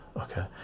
okay